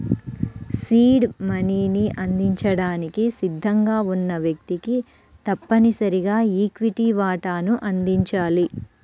seed మనీని అందించడానికి సిద్ధంగా ఉన్న వ్యక్తికి తప్పనిసరిగా ఈక్విటీ వాటాను అందించాలి